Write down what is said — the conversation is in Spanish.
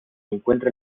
encuentra